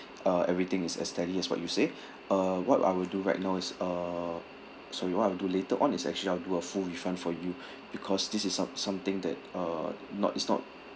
uh everything is as tally as what you say uh what I will do right now is uh sorry what I'll do later on is actually I'll do a full refund for you because this is some~ something that uh not is not